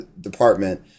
department